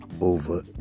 over